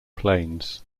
plains